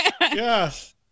Yes